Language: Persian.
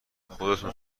خودتون